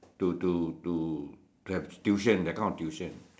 to to to to have tuition that kind of tuition